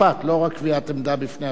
לא רק קביעת עמדה בפני התביעה.